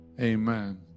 amen